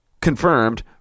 confirmed